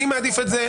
אני מעדיף את זה,